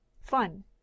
fun